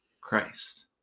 Christ